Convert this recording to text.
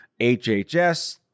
HHS